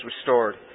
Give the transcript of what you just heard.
restored